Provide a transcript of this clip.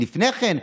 לפני כן,